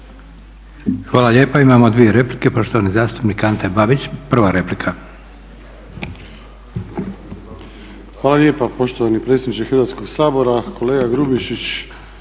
Hvala lijepa. Imamo dvije replike. Poštovani zastupnik Ante Babić, prva replika. **Babić, Ante (HDZ)** Hvala lijepa poštovani predsjedniče Hrvatskog sabora. Kolega Grubišić,